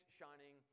shining